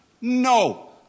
No